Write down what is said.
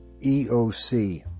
EOC